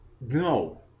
no